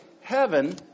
heaven